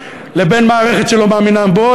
לבין מערכת שלא מאמינה בו,